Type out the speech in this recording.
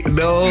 no